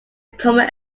common